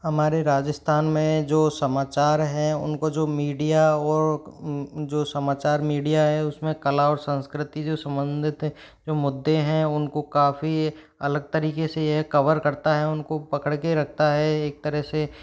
हमारे राजस्थान में जो समाचार है उनको जो मीडिया और जो समाचार मीडिया है उसमें कला और संस्कृति जो संबंधित है जो मुद्दे हैं उनको काफ़ी अलग तरीके से यह कवर करता है उनको पकड़ के रखता है एक तरह से